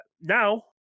now